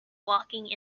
walking